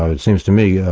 um it seems to me, yeah